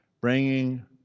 bringing